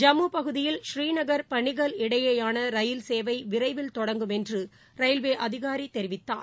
ஜம்முபகுதியில் ப்ரீநகர் பனிகல் இடையேயானரயில் சேவைவிரைவில் தொடங்கும் என்றரயில்வே அதிகாரிதெரிவித்தார்